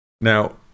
now